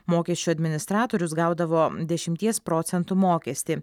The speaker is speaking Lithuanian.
mokesčių administratorius gaudavo dešimties procentų mokestį